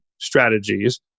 Strategies